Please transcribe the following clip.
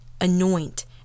anoint